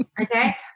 Okay